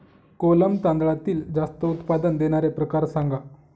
कोलम तांदळातील जास्त उत्पादन देणारे प्रकार सांगा